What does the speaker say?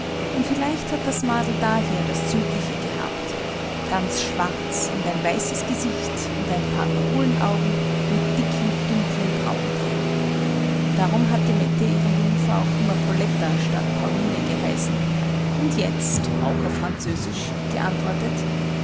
und vielleicht hat das madel daher das südliche gehabt ganz schwarz und ein weißes gesicht und ein paar kohlenaugen mit dicken dunklen brauen darin darum hat die mette ihre jungfer auch immer poletta statt pauline geheißen und jetzt auch auf französisch geantwortet